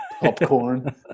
popcorn